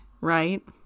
right